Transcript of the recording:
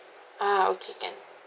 ah okay can